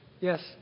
Yes